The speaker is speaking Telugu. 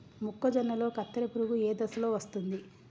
మొక్కజొన్నలో కత్తెర పురుగు ఏ దశలో వస్తుంది?